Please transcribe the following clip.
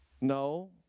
No